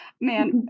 man